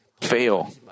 fail